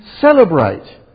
celebrate